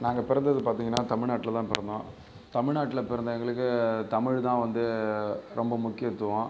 நாங்கள் பிறந்தது பார்த்தீங்கன்னா தமிழ்நாட்டில் தான் பிறந்தோம் தமிழ்நாட்டில் பிறந்த எங்களுக்கு தமிழ் தான் வந்து ரொம்ப முக்கியத்துவம்